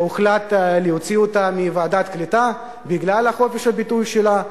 שהוחלט להוציא אותה מוועדת הקליטה בגלל חופש הביטוי שלה,